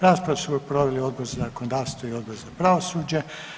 Raspravu su proveli Odbor za zakonodavstvo i Odbor za pravosuđe.